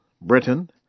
Britain